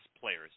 players